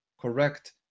correct